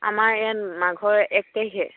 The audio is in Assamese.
আমাৰ ইয়াত মাঘৰ এক তাৰিখে